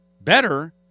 better